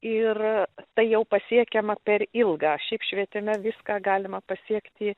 ir tai jau pasiekiama per ilgą šiaip švietime viską galima pasiekti